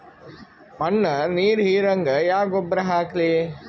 ಮಣ್ಣ ನೀರ ಹೀರಂಗ ಯಾ ಗೊಬ್ಬರ ಹಾಕ್ಲಿ?